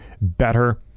better